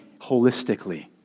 holistically